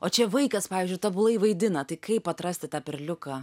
o čia vaikas pavyzdžiui tobulai vaidina tai kaip atrasti tą perliuką